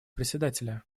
председателя